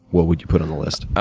what would you put on the list?